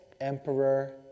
emperor